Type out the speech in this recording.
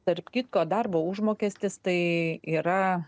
tarp kitko darbo užmokestis tai yra